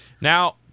Now